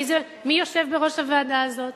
מי יושב בראש הוועדה הזאת?